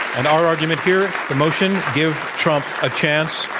and our argument here, the motion give trump a chance,